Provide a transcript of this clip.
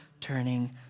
turning